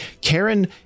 Karen